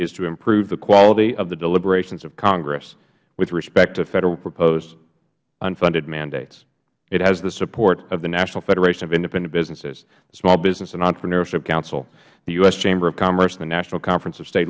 is to improve the quality of the deliberations of congress with respect to federal proposed unfunded mandates it has the support of the national federation of independent businesses small business and entrepreneurship counsel the u s chamber of commerce and the national conference of state